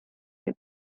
your